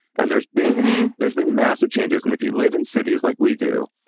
and there's been there's been massive changes. and if you live in cities like we do,